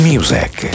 Music